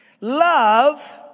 Love